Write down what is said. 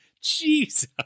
Jesus